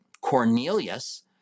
Cornelius